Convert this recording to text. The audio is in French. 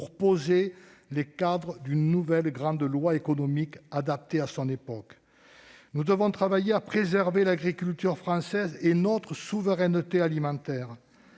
pour poser les cadres d'une nouvelle grande loi économique, adaptée à son époque. Nous devons travailler à préserver l'agriculture française ainsi que notre souveraineté alimentaire.